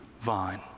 vine